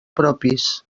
propis